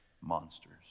monsters